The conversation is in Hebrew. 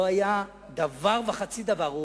לא היה דבר וחצי דבר.